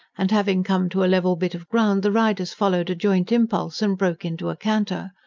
and having come to a level bit of ground, the riders followed a joint impulse and broke into a canter.